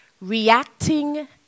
reacting